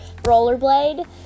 rollerblade